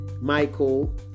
Michael